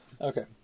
Okay